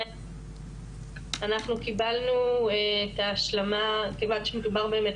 אנחנו קיבלנו את ההשלמה כיוון שמדובר באמת